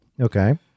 Okay